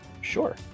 sure